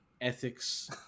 ethics